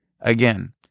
Again